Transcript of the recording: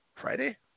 Friday